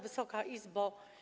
Wysoka Izbo!